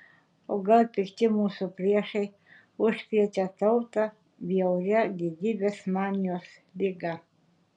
o gal pikti mūsų priešai užkrėtė tautą bjauria didybės manijos liga